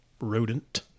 rodent